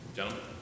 Gentlemen